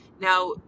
Now